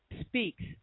speaks